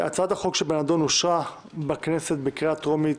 "הצעת החוק שבנדון אושרה בכנסת בקריאה טרומית,